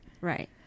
Right